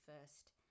first